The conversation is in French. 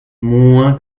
moins